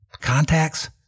contacts